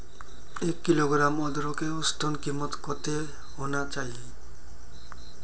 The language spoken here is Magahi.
एक किलोग्राम अदरकेर औसतन कीमत कतेक होना चही?